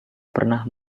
pernah